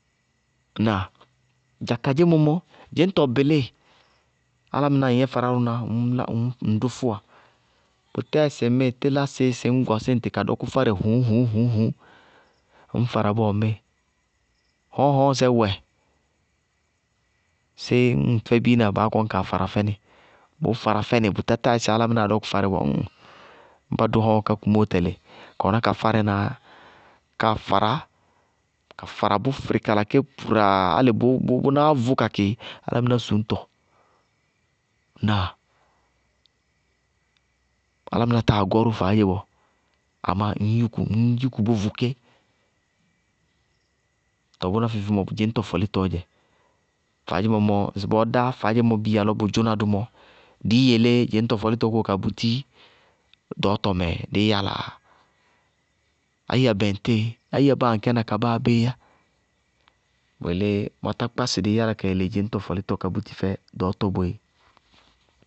Ŋnáa? Dza kadzémɔ mɔ, dzɩñtɔ bʋlɩɩ. Álámɩná ŋyɛ farárʋná, ŋñdʋ fʋwa. Bʋtɛɛ sɩmmɩɩ tɩlásɩɩ sɩ ñ gɔsɩ ŋtɩ ka dɔkʋ fárɛ hʋʋŋ-hʋʋŋ-hʋŋ ñ fara bɔɔ ŋmɩɩ. Hɔɔɔŋ-hɔɔɔŋsɛ wɛ, sɩɩ ñŋ fɛ biina, baá kɔnɩ kaa fara fɛnɩ. Bʋʋ fará fɛnɩ bʋ tá táa yɛsɩ álámɩnáá dɔkʋ fárɛ bɔɔ, ñ ŋ. Ñ ba dʋ hɔɔɔŋ-hɔɔɔŋ ká kumóo tɛlɩ, káa fará, kaá fárá yá bʋ fɩrɩ kala ké buraaaa! Álɩ bʋʋvʋ bʋnáá vʋ kakɩ álámɩná suñtɔ. Ŋnáa? Álámɩná táa gɔ ró faádze bɔɔ, amá ŋñ yúku, ŋñ yúku bʋvʋ ké. Tɔɔ bʋná feé-feé mɔ dzɩñtɔ fɔlɩtɔ ɔ dzɛ. Faádzemɔ ŋsɩbɔɔ dá faádzemɔ biya lɔ bʋ dzʋna dʋ mɔ, dɩɩ yelé dzɩñtɔ fɔlɩtɔ kóo ka búti ɖɔɔtɔ mɛɛ? Dɩɩ yálaa? Áyia bɛŋtɩɩ, áyia báaakɛ na ka báabééyá. Bʋ yelé mʋ tá kpá sɩ dɩɩ yála ka yele dzɩñtɔ fɔlɩtɔ ka búti fɛ ɖɔkɔtɔ boé.